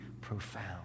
profound